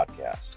podcast